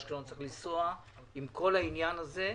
אשקלון צריך להתקדם עם כל העניין הזה,